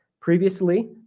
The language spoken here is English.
Previously